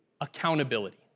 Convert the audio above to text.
accountability